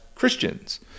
Christians